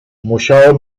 musiało